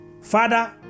Father